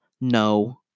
No